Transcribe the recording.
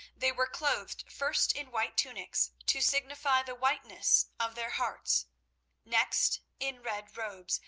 they were clothed first in white tunics, to signify the whiteness of their hearts next in red robes,